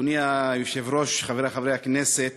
אדוני היושב-ראש, חברי חברי הכנסת,